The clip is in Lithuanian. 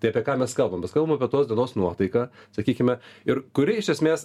tai apie ką mes kalbam mes kalbam apie tos dienos nuotaiką sakykime ir kuri iš esmės